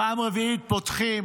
פעם רביעית פותחים